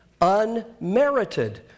Unmerited